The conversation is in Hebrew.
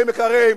בכיכר מלכי-ישראל.